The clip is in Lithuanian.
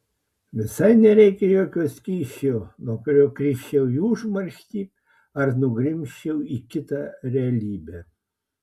visai nereikia jokio skysčio nuo kurio krisčiau į užmarštį ar nugrimzčiau į kitą realybę